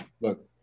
Look